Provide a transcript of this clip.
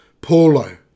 Paulo